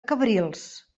cabrils